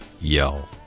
yell